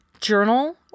journal